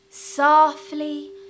softly